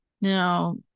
Now